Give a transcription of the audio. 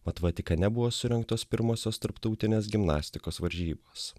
mat vatikane buvo surengtos pirmosios tarptautinės gimnastikos varžybos